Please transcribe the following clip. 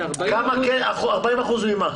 40 אחוזים מכמה?